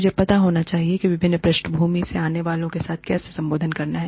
मुझे पता होना चाहिए कि विभिन्न पृष्ठभूमि से आने वालों के साथ कैसे संबोधन करना है